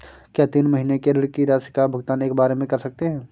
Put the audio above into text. क्या तीन महीने के ऋण की राशि का भुगतान एक बार में कर सकते हैं?